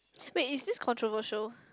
wait is this controversial